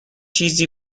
چیزی